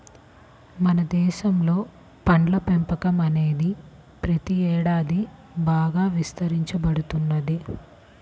మన దేశంలో పండ్ల పెంపకం అనేది ప్రతి ఏడాది బాగా విస్తరించబడుతున్నది